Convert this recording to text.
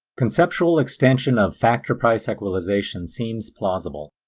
conceptual extension of factor-price equalization seems plausible,